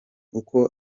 uko